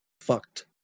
fucked